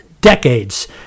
decades